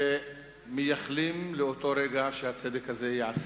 שמייחלים לאותו רגע שהצדק הזה ייעשה.